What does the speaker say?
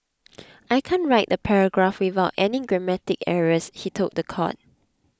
I can't write a paragraph without any grammatical errors he told the court